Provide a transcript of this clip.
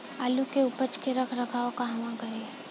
आलू के उपज के रख रखाव कहवा करी?